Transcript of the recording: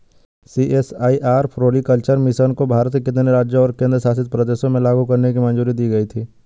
CSIR floriculture mission को भारत के कितने राज्यों और केंद्र शासित प्रदेशों में लागू करने की मंजूरी दी गई थी?